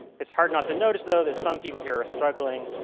it's hard not to notice though that some people here are struggling.